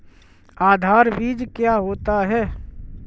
आधार बीज क्या होता है?